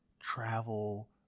travel